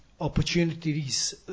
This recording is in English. opportunities